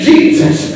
Jesus